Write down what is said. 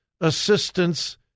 assistance